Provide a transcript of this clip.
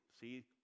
See